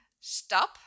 stop